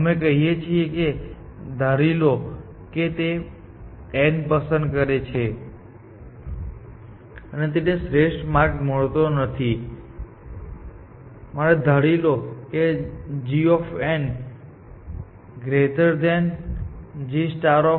અમે એમ કહીએ છીએ કે ધારી લો કે તે n પસંદ કરે છે અને તેને શ્રેષ્ઠ માર્ગ મળતો નથી માટે ધારી લો કે g g